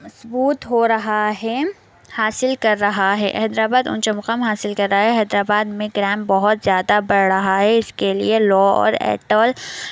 مضبوط ہو رہا ہے حاصل کر رہا ہے حیدر آباد اونچا مقام حاصل کر رہا ہے حیدر آباد میں کرائم بہت زیادہ بڑھ رہا ہے اس کے لئے لاء اور